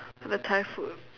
or the thai food